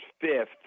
fifth